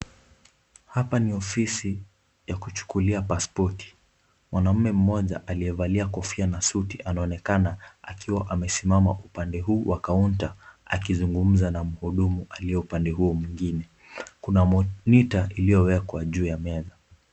Hapa ni ofisi ya kuchukulia pasipoti. Mwanaume mmoja aliyevalia kofia na suti anaonekana akiwa amesimama upande huu wa kaunta akizungumza na mhudumu aliye upande huo mwengine. Kuna monita iliyowekwa juu ya meza.